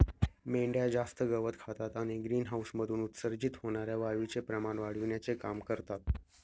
मेंढ्या जास्त गवत खातात आणि ग्रीनहाऊसमधून उत्सर्जित होणार्या वायूचे प्रमाण वाढविण्याचे काम करतात